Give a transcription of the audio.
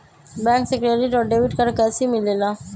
Bank से credit और debit card कैसी मिलेला?